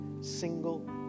single